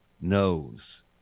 knows